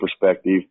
perspective